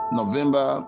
november